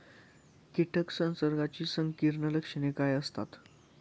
कीटक संसर्गाची संकीर्ण लक्षणे काय असतात?